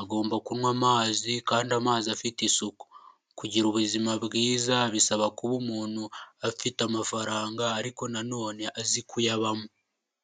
agomba kunywa amazi kandi amazi afite isuku, kugira ubuzima bwiza bisaba kuba umuntu afite amafaranga ariko na none azi kuyabamo.